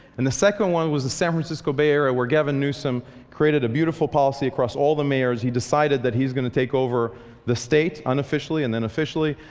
and the second one was the san francisco bay area where gavin newsom created a beautiful policy across all the mayors. he decided that he's going to take over the state, unofficially, and then officially,